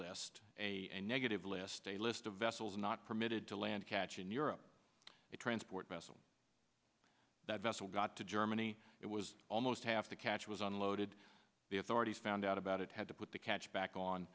blacklist a negative list a list of vessels not permitted to land catch in europe the transport vessel that vessel got to germany it was almost half the catch was unloaded the authorities found out about it had to put the catch back on